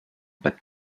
but